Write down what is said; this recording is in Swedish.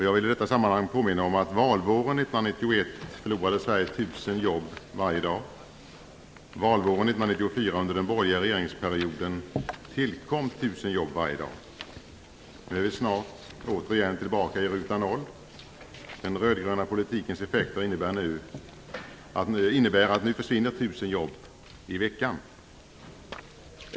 Jag vill i detta sammanhang påminna om att Sverige valvåren 1991 förlorade 1 000 jobb varje dag. Valvåren 1994, under den borgerliga regeringsperioden, tillkom 1 000 jobb varje dag. Nu är vi snart återigen tillbaka i ruta noll. Den rödgröna politikens effekter är att det nu försvinner 1 000 jobb i veckan.